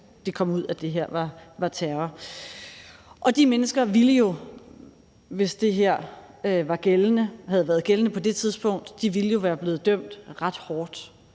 det kom ud, at det her var terror. De mennesker ville jo, hvis det her havde været gældende på det tidspunkt, være blevet dømt ret hårdt